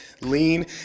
lean